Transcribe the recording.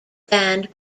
band